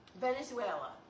Venezuela